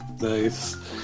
Nice